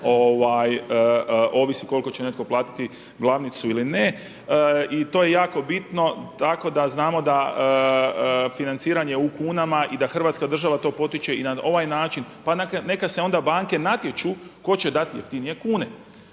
ovisi koliko će netko platiti glavnicu ili ne. I to je jako bitno, tako da znamo da financiranje u kunama i da Hrvatska država to potiče i na ovaj način. Pa neka se onda banke natječu tko će dati jeftinije kune.